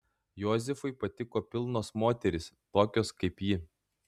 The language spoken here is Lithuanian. josifui patiko pilnos moterys tokios kaip ji